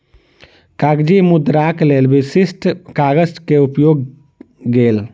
कागजी मुद्राक लेल विशिष्ठ कागज के उपयोग गेल